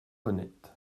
honnête